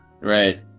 right